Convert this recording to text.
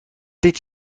dit